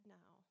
now